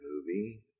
movie